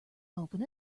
open